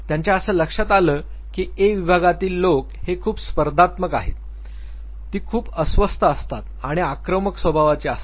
त्यांच्या असं लक्षात आलं की A विभागातील लोक हे खूप स्पर्धात्मक आहेत ती खूप अस्वस्थ असतात आणि आक्रमक स्वभावाची असतात